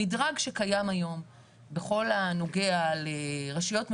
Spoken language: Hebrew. המדרג שקיים היום בכל הנוגע לרשויות מקומיות,